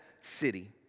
city